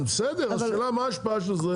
בסדר השאלה מה ההשפעה של זה?